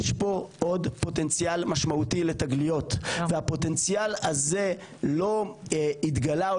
יש פה עוד פוטנציאל משמעותי לתגליות והפוטנציאל הזה לא יתגלה או